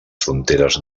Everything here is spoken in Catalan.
fronteres